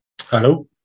Hello